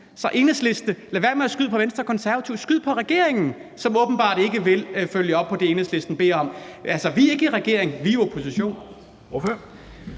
til Enhedslisten: Lad være med at skyde på Venstre og Konservative. Skyd på regeringen, som åbenbart ikke vil følge op på det, Enhedslisten beder om. Altså, vi er ikke i regering; vi er i opposition.